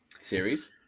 series